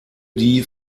die